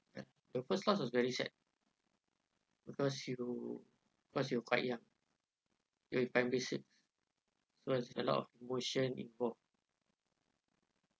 the first loss was very sad because you because you're quite young you're at primary six so there's a lot of emotion involve